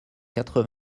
quatre